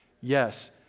Yes